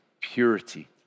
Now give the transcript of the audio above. purity